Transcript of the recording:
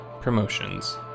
promotions